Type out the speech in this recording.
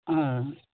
আ হ্যাঁ হ্যাঁ